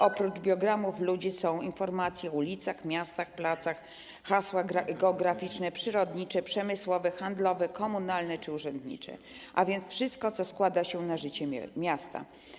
Oprócz biogramów ludzi są informacje o ulicach i placach, hasła geograficzne, przyrodnicze, przemysłowe, handlowe, komunalne czy urzędnicze, a więc wszystko, co składa się na życie miasta.